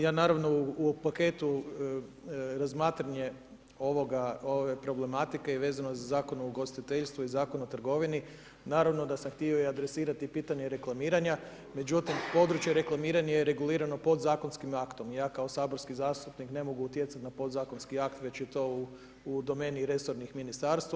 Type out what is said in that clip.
Ja naravno u paketu razmatranja ove problematike i vezano za Zakon o ugostiteljstvu i Zakon o trgovini naravno da sam htio i adresirati pitanje reklamiranja, međutim područje reklamiranja je regulirano podzakonskim aktom i ja kao saborski zastupnik ne mogu utjecati na podzakonski akt već je to u domeni resornih ministarstava.